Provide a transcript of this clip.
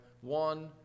one